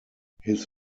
his